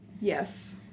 Yes